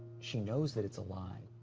she knows that it's a lie.